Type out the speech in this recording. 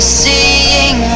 seeing